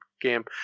game